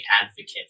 advocate